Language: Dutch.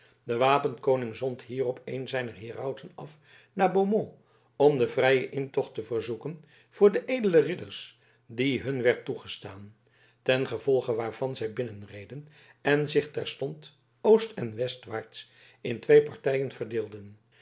de wapenkoning zond hierop een zijner herauten af naar beaumont om den vrijen intocht te verzoeken voor de edele ridders die hun werd toegestaan ten gevolge waarvan zij binnenreden en zich terstond oost en westwaarts in twee partijen verdeelden